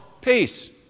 Peace